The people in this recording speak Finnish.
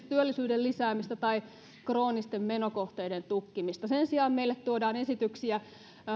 työllisyyden lisäämisestä tai kroonisten menokohteiden tukkimisesta sen sijaan meille tuodaan esityksiä